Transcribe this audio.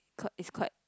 because is quite